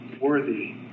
worthy